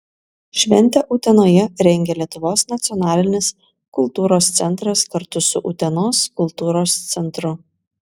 šventę utenoje rengia lietuvos nacionalinis kultūros centras kartu su utenos kultūros centru